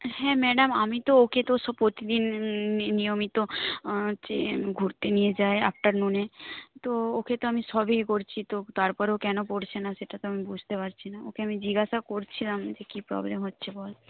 হ্যাঁ ম্যাডাম আমি তো ওকে তো প্রতিদিন নিয়মিত হচ্ছে ঘুরতে নিয়ে যাই আফটারনুনে তো ওকে তো আমি সবই করছি তারপরেও কেন পড়ছে না সেটা তো আমি বুঝতে পারছি না ওকে আমি জিজ্ঞাসা করছিলাম যে কী প্রবলেম হচ্ছে বল